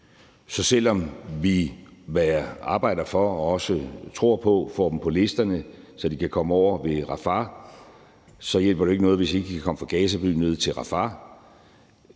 Så selv om vi arbejder for og også tror på det og får dem på listerne, så de kan komme over grænsen ved Rafah, så hjælper det jo ikke noget, hvis ikke de kan komme fra Gaza by ned til Rafah.